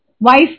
Wife